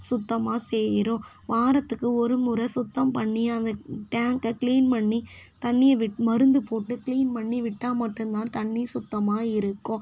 சுத்தமாக சேரும் வாரத்துக்கு ஒரு முறை சுத்தம் பண்ணி அந்த டேங்க்கை க்ளீன் பண்ணி தண்ணி மருந்து போட்டு க்ளீன் பண்ணி விட்டால் மட்டும் தான் தண்ணி சுத்தமாக இருக்கும்